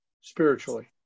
spiritually